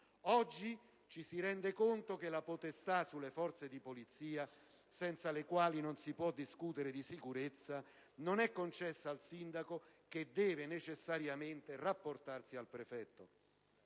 Oggi ci si rende conto che la potestà sulle forze di polizia, senza le quali non si può discutere di sicurezza, non è concessa al sindaco, che deve necessariamente rapportarsi al prefetto.